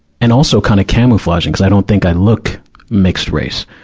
and also kind of camouflaging, cuz i don't think i look mixed race.